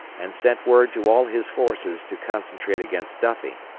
and sent word to all his forces to concentrate against duffie.